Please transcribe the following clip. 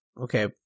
Okay